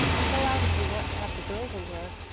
i'll go out if you want to have the girls in here.